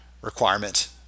requirement